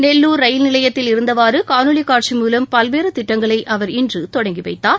Nellore rail நிலையத்தில் இருந்தவாறு காணொலி காட்சி மூலம் பல்வேறு திட்டங்களை அவர் இன்று தொடங்கினார்